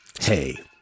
Hey